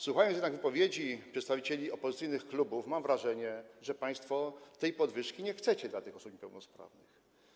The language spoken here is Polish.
Słuchając jednak wypowiedzi przedstawicieli opozycyjnych klubów, mam wrażenie, że państwo tej podwyżki nie chcecie dla tych osób niepełnosprawnych.